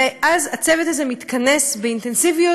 ואז הצוות הזה מתכנס באינטנסיביות,